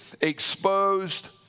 exposed